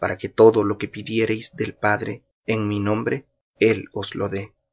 para que todo lo que pidiereis del padre en mi nombre él os lo dé